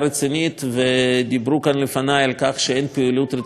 ודיברו כאן לפני על כך שאין פעילות רצינית בלי כסף.